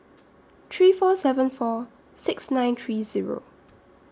three four seven four six nine three Zero